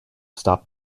stop